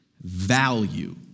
value